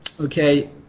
okay